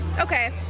okay